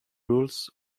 rules